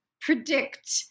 predict